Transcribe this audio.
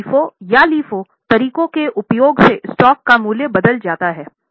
तो FIFO या LIFO तरीकों के उपयोग से स्टॉक का मूल्य बदल जाता है